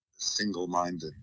single-minded